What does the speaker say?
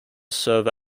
serve